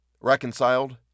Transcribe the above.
Reconciled